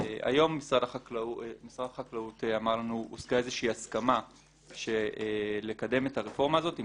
היום משרד החקלאות אמר לנו שהושגה איזושהי הסכמה לקדם את הרפורמה הזאת עם